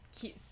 kids